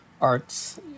arts